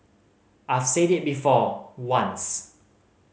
I've said it before once